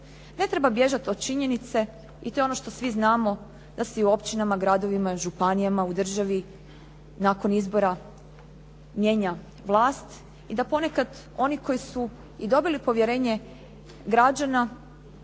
Ne treba bježati od činjenice i to je ono što svi znamo da se u općinama, gradovima, županijama u državi nakon izbora mijenja vlast i da ponekad oni koji su i dobili povjerenje građana